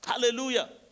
Hallelujah